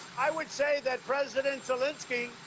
i would say that president zelensky,